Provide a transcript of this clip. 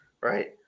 right